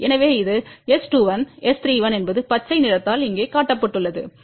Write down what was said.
எனவே இது S21 S31என்பது பச்சை நிறத்தால் இங்கே காட்டப்பட்டுள்ளது 3